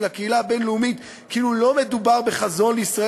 הקהילה הבין-לאומית כאילו לא מדובר בחזון לישראל